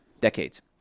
decades